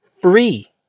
free